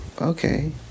okay